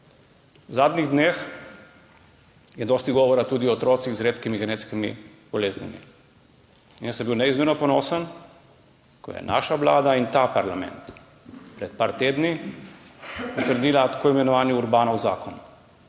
V zadnjih dneh je dosti govora tudi o otrocih z redkimi genetskimi boleznimi. Jaz sem bil neizmerno ponosen, ko sta naša vlada in parlament pred par tedni potrdila tako imenovani Urbanov zakon,